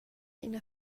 ina